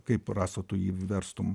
kaip rasa tu jį verstum